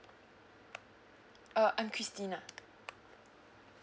uh I'm christina